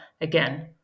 again